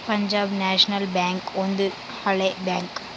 Punjab national bank ಒಂದು ಹಳೆ bank